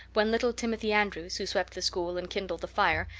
when little timothy andrews, who swept the school and kindled the fire,